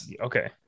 Okay